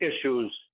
issues